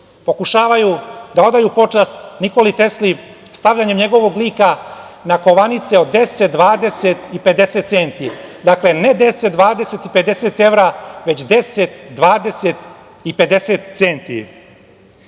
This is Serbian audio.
pokušavaju da odaju počast Nikoli Tesli stavljanjem njegovog lika na kovanice od 10, 20 i 50 centi. Dakle, ne 10, 20 50 evra, već 10, 20 i 50